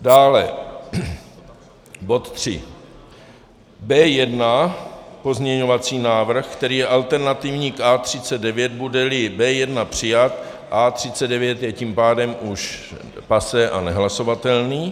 Dále bod tři B1 pozměňovací návrh, který je alternativní k A39, budeli B1 přijat, A39 je tím pádem už passé a nehlasovatelný.